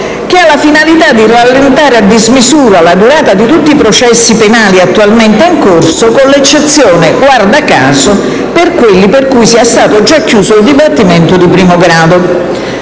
che ha la finalità di rallentare a dismisura la durata di tutti i processi penali attualmente in corso, con l'eccezione - guarda caso - per quelli per cui sia stato già chiuso il dibattimento di primo grado.